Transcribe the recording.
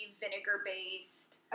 vinegar-based